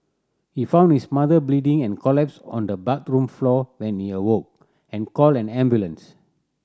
he found his mother bleeding and collapsed on the bathroom floor when he awoke and called an ambulance